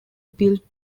build